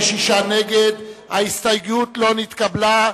קבוצת בל"ד,